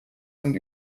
sind